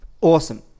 Awesome